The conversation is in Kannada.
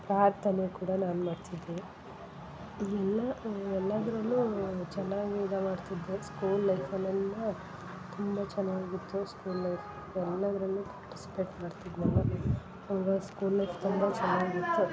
ಪ್ರಾರ್ಥನೆ ಕೂಡ ನಾನು ಮಾಡ್ತಿದ್ದೆ ಎಲ್ಲ ಎಲ್ಲದರಲ್ಲೂ ಚೆನ್ನಾಗಿ ಇದು ಮಾಡ್ತಿದ್ದೆ ಸ್ಕೂಲ್ ಲೈಫಲೆಲ್ಲಾ ತುಂಬ ಚೆನ್ನಾಗಿತ್ತು ಸ್ಕೂಲ್ ಲೈಫು ಎಲ್ಲದರಲ್ಲು ಪಾರ್ಟಿಸಿಪೇಟ್ ಮಾಡ್ತಿದ್ನಲ್ಲ ಹಾಗಾಗಿ ಸ್ಕೂಲ್ ಲೈಫ್ ತುಂಬ ಚೆನ್ನಾಗಿತ್ತು